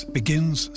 begins